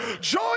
Joy